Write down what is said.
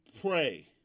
pray